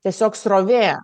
tiesiog srovė